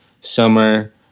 summer